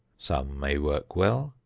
some may work well,